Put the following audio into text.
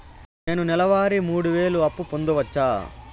నేను నెల వారి మూడు వేలు అప్పు పొందవచ్చా?